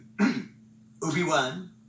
Obi-Wan